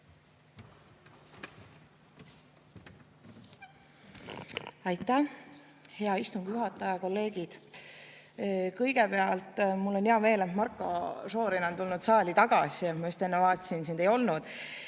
Aitäh, hea istungi juhataja! Head kolleegid! Kõigepealt, mul on hea meel, et Marko Šorin on tulnud saali tagasi. Ma just enne vaatasin, et sind ei olnud.